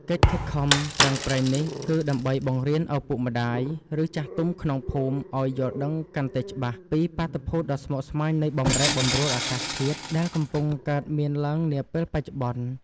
កិច្ចខិតខំប្រឹងប្រែងនេះ គឺដើម្បីបង្រៀនឪពុកម្ដាយ ឬចាស់ទុំក្នុងភូមិឱ្យយល់ដឹងកាន់តែច្បាស់ ពីបាតុភូតដ៏ស្មុគស្មាញនៃបម្រែបម្រួលអាកាសធាតុ ដែលកំពុងកើតមានឡើងនាពេលបច្ចុប្បន្ន។